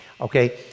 okay